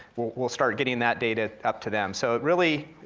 we'll we'll start getting that data up to them. so it really,